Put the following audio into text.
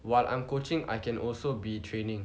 while I'm coaching I can also be training